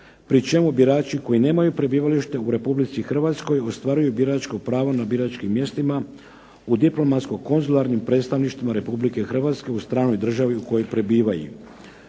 pri čemu birači koji nemaju prebivalište u Republici Hrvatskoj ostvaruju biračko pravo na biračkim mjestima u diplomatsko konzularnim predstavništvima Republike Hrvatske u stranoj državi u kojoj prebivaju.